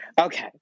Okay